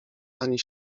ani